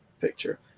picture